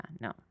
no